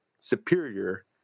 superior